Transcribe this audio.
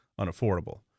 unaffordable